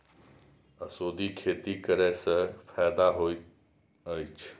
औषधि खेती करे स फायदा होय अछि?